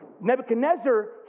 Nebuchadnezzar